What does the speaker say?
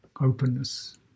openness